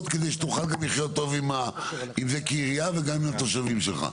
כדי שתוכל גם לחיות טוב עם זה כעירייה וגם עם התושבים שלך?